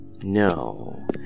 No